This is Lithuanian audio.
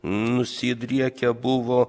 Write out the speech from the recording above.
nusidriekia buvo